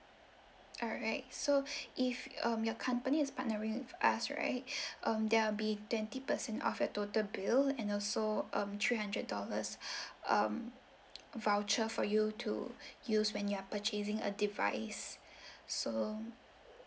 alright so if um your company is partnering with us right um there'll be twenty percent off your total bill and also um three hundred dollars um voucher for you to use when you are purchasing a device so